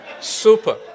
super